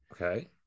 Okay